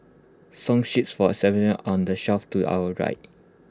song sheets for on the shelf to your right